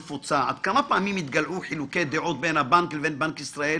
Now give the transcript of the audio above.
כמה פעמים התגלעו חילוקי דעות בין הבנק לבין בנק ישראל